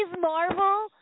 Marvel